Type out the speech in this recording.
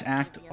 act